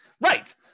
Right